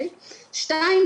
שניים,